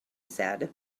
said